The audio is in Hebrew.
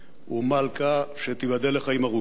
ומלכה, שתיבדל לחיים ארוכים,